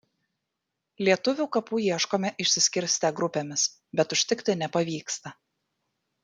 lietuvių kapų ieškome išsiskirstę grupėmis bet užtikti nepavyksta